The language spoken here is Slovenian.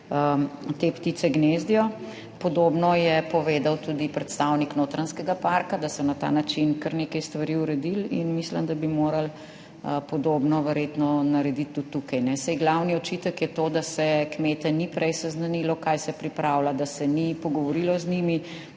te ptice gnezdijo. Podobno je povedal tudi predstavnik Notranjskega parka, da so na ta način kar nekaj stvari uredili in mislim, da bi morali podobno verjetno narediti tudi tukaj. Glavni očitek je to, da se kmete ni prej seznanilo, kaj se pripravlja, da se ni pogovorilo z njimi,